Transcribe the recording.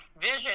vision